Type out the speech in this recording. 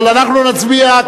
אבל אנחנו נצביע,